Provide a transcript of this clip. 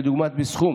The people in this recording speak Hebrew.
לדוגמה בסכום